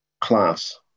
class